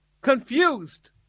confused